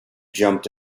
jumped